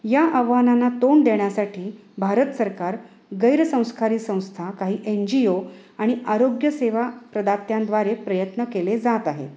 या आव्हानांना तोंड देण्यासाठी भारत सरकार गैरसंस्कारी संस्था काही एन जी ओ आणि आरोग्यसेवा प्रदात्यांद्वारे प्रयत्न केले जात आहेत